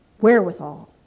wherewithal